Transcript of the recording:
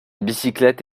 bicyclette